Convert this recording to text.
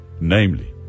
Namely